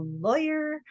lawyer